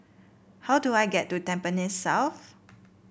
how do I get to Tampines South